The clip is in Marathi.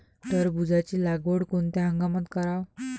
टरबूजाची लागवड कोनत्या हंगामात कराव?